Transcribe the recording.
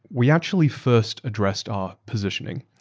we actually first addressed our positioning.